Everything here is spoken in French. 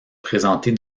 présentée